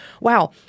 wow